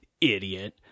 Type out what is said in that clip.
idiot